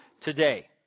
today